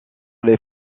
les